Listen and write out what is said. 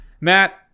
Matt